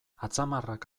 atzamarrak